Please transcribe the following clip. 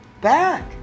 back